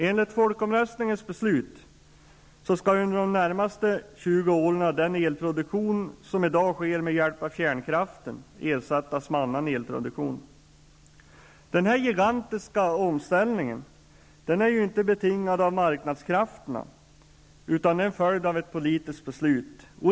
Enligt folkomröstningens beslut skall under de närmaste 20 åren den elproduktion som i dag sker med hjälp av kärnkraft ersättas med annan elproduktion. Den här gigantiska omställningen är inte betingad av marknadskrafterna utan en följd av ett politiskt beslut.